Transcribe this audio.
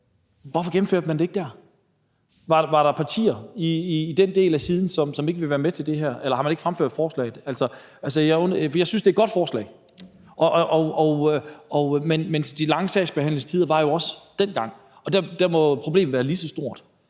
Hvorfor gennemførte man det ikke der? Var der partier i den del af Folketinget, som ikke ville være med til det her, eller har man ikke fremsat forslag om det? Jeg synes, det er et godt forslag, men de lange sagsbehandlingstider var der jo også dengang, og der må problemet have været lige så stort.